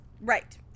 Right